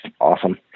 awesome